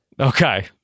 Okay